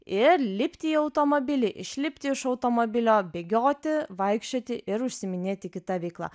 ir lipti į automobilį išlipti iš automobilio bėgioti vaikščioti ir užsiiminėti kita veikla